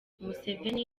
museveni